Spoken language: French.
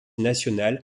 nationale